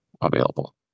available